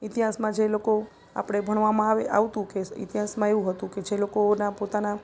ઇતિહાસમાં જે લોકો આપણે ભણવામાં આવે આવતું કે ઇતિહાસમાં એવું હતું કે જે લોકોના પોતાના